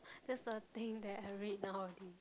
that's the thing that I read nowaday